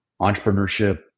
entrepreneurship